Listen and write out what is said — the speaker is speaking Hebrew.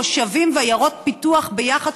מושבים ועיירות פיתוח ביחד,